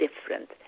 different